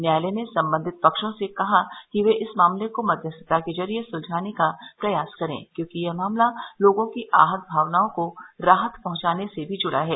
न्यायालय ने संबंधित पक्षों से कहा कि वे इस मामले को मध्यस्थता के जरिए सुलझाने का प्रयास करें क्योंकि यह मामला लोगों की आहत भावनाओं को राहत पहंचाने से भी जुड़ा है